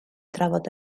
drafod